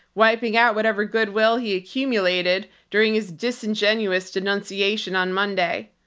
wiping out whatever goodwill he accumulated during his disingenuous denunciation on monday.